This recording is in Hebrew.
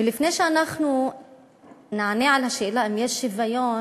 ולפני שאנחנו נענה על השאלה אם יש שוויון